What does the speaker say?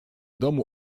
domu